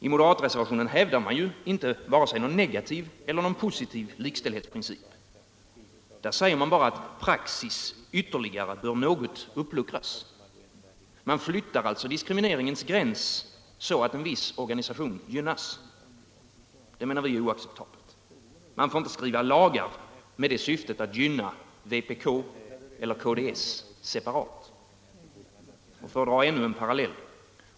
I moderatreservationen hävdar inte reservanterna någon vare sig negativ eller positiv likställighetsprincip. De säger bara att praxis ytterligare bör något uppluckras. Man flyttar alltså diskrimineringens gräns så att en viss organisation gynnas. Det är, menar vi, oacceptabelt. Man får inte skriva lagar med syftet att hjälpa vpk eller KDS separat. Låt mig dra ännu en parallell.